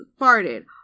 farted